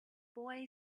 boy